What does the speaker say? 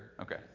Okay